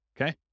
okay